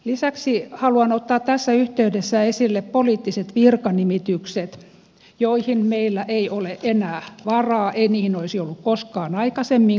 lisäksi haluan ottaa tässä yhteydessä esille poliittiset virkanimitykset joihin meillä ei ole enää varaa ei niihin olisi ollut koskaan aikaisemminkaan varaa